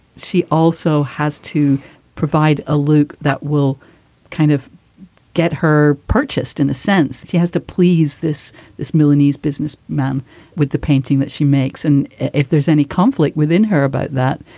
she also has to provide a loop that will kind of get her purchased. in a sense, she has to please this this milanese business man with the painting that she makes. and if there's any conflict within her about that,